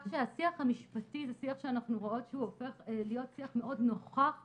שהשיח המשפטי זה שיח שאנחנו רואות שהוא הופך להיות שיח מאוד נוכח,